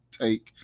take